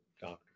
doctor